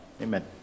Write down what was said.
Amen